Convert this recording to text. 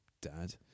dad